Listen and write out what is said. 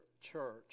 church